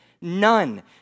None